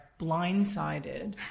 blindsided